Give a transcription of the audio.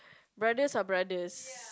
brothers are brothers